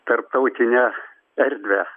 tarptautinę erdvę